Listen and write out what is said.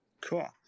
Cool